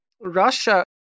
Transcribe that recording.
Russia